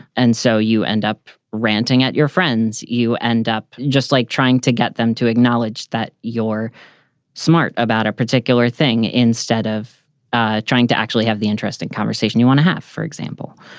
and so you end up ranting at your friends. you end up just like trying to get them to acknowledge that your smart about a particular thing instead of ah trying to actually have the interesting conversation you want to have. for example,